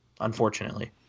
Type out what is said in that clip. unfortunately